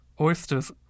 oysters